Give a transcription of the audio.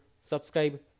subscribe